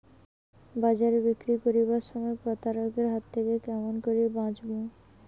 বাজারে বিক্রি করিবার সময় প্রতারক এর হাত থাকি কেমন করি বাঁচিমু?